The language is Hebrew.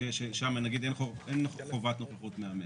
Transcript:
ששם נגיד אין חובת נוכחות מאמן,